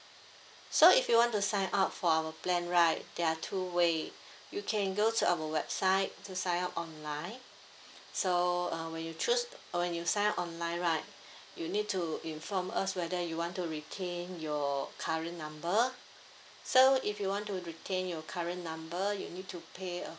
so if you want to sign up for our plan right there are two way you can go to our website to sign up online so uh when you choose uh when you sign up online right you need to inform us whether you want to retain your current number so if you want to retain your current number you need to pay a